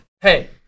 Hey